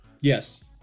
Yes